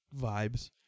vibes